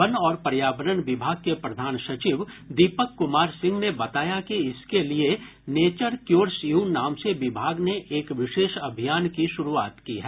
one और पर्यावरण विभाग के प्रधान सचिव दीपक कुमार सिंह ने बताया कि इसके लिए नेचर क्योर्स यू नाम से विभाग ने एक विशेष अभियान की शुरूआत की है